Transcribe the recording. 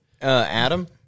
Adam